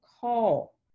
call